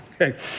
Okay